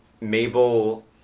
Mabel